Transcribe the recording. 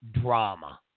drama